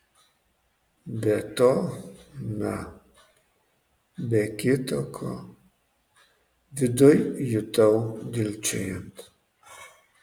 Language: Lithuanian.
be to na be kita ko viduj jutau dilgčiojant